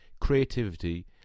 creativity